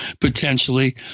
potentially